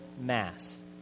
mass